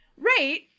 Right